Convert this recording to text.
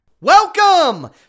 Welcome